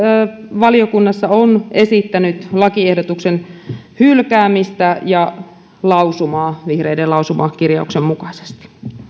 valiokunnassa on esittänyt lakiehdotuksen hylkäämistä ja vihreiden lausumaa kirjauksen mukaisesti